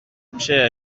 میشه